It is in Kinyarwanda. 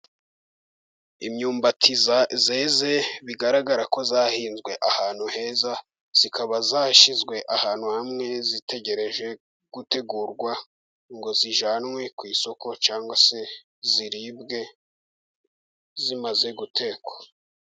Imyumbati yeze bigaragara ko zahinzwe ahantu heza, ikaba yashyizwe ahantu hamwe, zitegereje gutegurwa ngo zijyanwe ku isoko, cyangwa se ziribwe zimaze gutekwa.